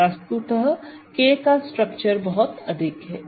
वस्तुतः K का structure बहुत अधिक है